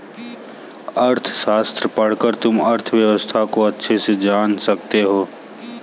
अर्थशास्त्र पढ़कर तुम अर्थव्यवस्था को अच्छे से जान सकते हो